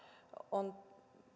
on